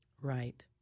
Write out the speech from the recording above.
Right